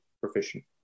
proficient